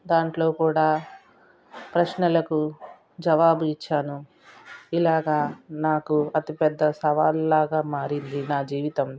దాంట్లో కూడా ప్రశ్నలకు జవాబు ఇచ్చాను ఇలాగా నాకు అతిపెద్ద సవాలు లాగా మారింది నా జీవితం